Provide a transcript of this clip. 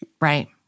right